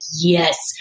yes